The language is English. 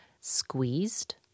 squeezed